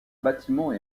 bâtiment